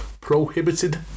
prohibited